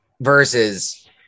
Versus